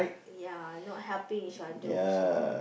ya you know helping each other also